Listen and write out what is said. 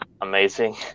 amazing